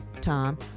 Tom